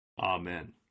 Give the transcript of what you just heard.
Amen